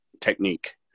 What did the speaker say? technique